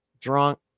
drunk